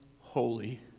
holy